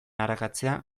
arakatzea